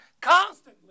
constantly